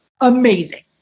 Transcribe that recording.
amazing